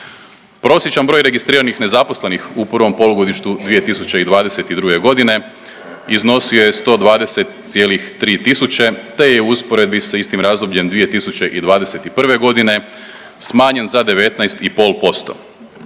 Prosječan broj registriranih nezaposlenih u prvom polugodištu 2022. godine iznosio je 120,3 tisuće te je u usporedbi s istim razdobljem 2021. godine smanjen za 19,5%.